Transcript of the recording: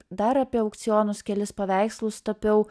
dar apie aukcionus kelis paveikslus tapiau